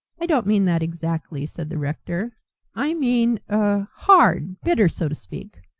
i don't mean that exactly, said the rector i mean er hard, bitter, so to speak.